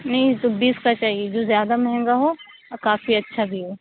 نہیں تو بیس کا چاہیے جو زیادہ مہنگا ہو اور کافی اچھا بھی ہو